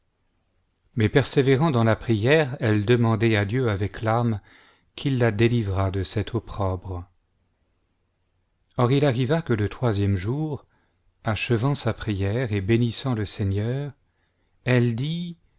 mais persévérant dans la prière elle demandait à dieu avec larmes qu'il la délivrât de cet opprobre or il aniva que le troisième jour achevant sa prière et bénissant le seigneur elle dit